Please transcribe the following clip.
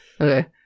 Okay